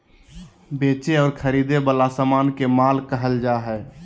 बेचे और खरीदे वला समान के माल कहल जा हइ